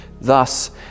Thus